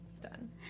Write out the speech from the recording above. Done